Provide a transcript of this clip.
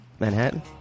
Manhattan